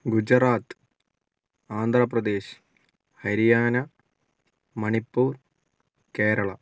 Gujarat Andhra Pradesh Haryana Manipur Keralam